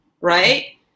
right